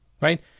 Right